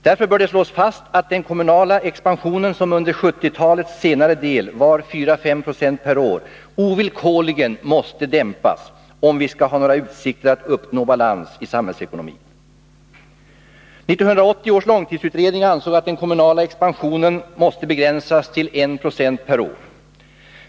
Därför bör det slås fast att den kommunala expansionen, som under 1970-talets senare del var 4-5 96 per år, ovillkorligen måste dämpas, om vi skall ha några utsikter att uppnå balans i samhällsekonomin. 1980 års långtidsutredning ansåg att den kommunala expansionen måste begränsas till 1 90 per år.